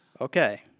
Okay